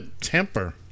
temper